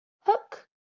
hook